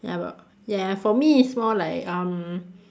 ya but ya for me it's more like um